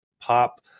pop